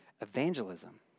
Evangelism